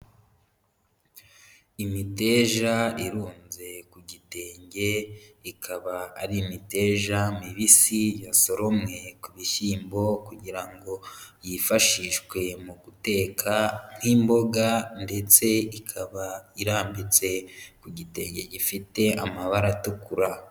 Imiteja irunze ku gitenge, ikaba ari imiteja mibisi yasoromwe ku bishyimbo, kugira ngo yifashishwe mu guteka nk'imboga, ndetse ikaba irambitse ku gitenge gifite amabara atukura.